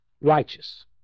righteous